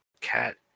cat